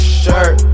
shirt